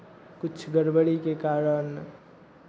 किछु गड़बड़ीके कारण